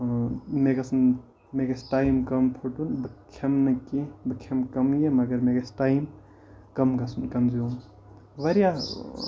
مےٚ گژھن مےٚ گژھِ ٹایِم کَم پھُٹُن بہٕ کھٮ۪مہٕ نہٕ کینٛہہ بہٕ کھٮ۪مہٕ کَمٕے یہِ مگر مےٚ گژھِ ٹایِم کَم گژھُن کَنزیوٗم واریاہ